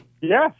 Yes